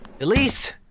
Elise